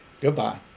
Goodbye